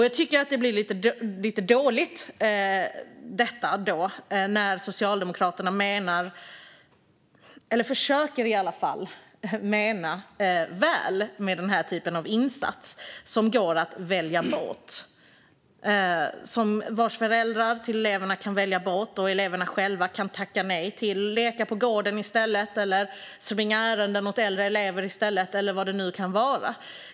Jag tycker att det blir lite dåligt när Socialdemokraterna försöker mena väl med denna typ av insats som går att välja bort. Föräldrar till eleverna kan välja bort den, och eleverna själva kan tacka nej till den och i stället leka på gården eller springa ärenden åt äldre elever eller vad det nu kan vara.